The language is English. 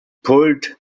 pulled